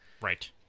Right